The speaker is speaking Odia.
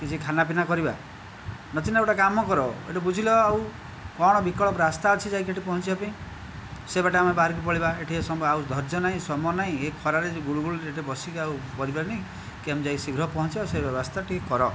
କିଛି ଖାନାପିନା କରିବା ନାଚିନ ଗୋଟିଏ କାମ କର ଏଠି ବୁଝିଲ ଆଉ କଣ ବିକଳ୍ପ ରାସ୍ତା ଅଛି ଯାଇକି ସେଠି ପହଞ୍ଚିବା ପାଇଁ ସେବାଟେ ଆମେ ବାହରିକି ପଳେଇବା ଏଠି ସମୟ ଆଉ ଧୈର୍ଯ୍ୟ ନାହିଁ ସମୟ ନାହିଁ ଏ ଖରାରେ ଯେଉଁ ଗୁଳୁଗୁଳିରେ ଏଠି ବସିକି ଆଉ ମରିବାର ନାହିଁ କେମିତି ଯାଇ ଶୀଘ୍ର ପହଞ୍ଚିବା ସେ ବ୍ୟବସ୍ତା ଟିକେ କର